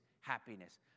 happiness